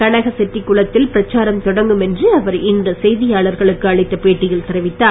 கனகசெட்டிக்குளத் தில் பிரச்சாரம் தொடங்கும் என்று அவர் இன்று செய்தியாளர்களுக்கு அளித்த பேட்டியில் தெரிவித்தார்